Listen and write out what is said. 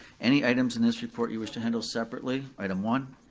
any items in this report you wish to handle separately? item one.